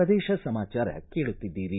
ಪ್ರದೇಶ ಸಮಾಚಾರ ಕೇಳುತ್ತಿದ್ದೀರಿ